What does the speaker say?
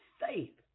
faith